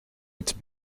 its